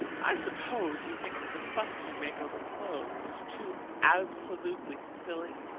i suppose you think that the fuss we make over clothes is too absolutely silly?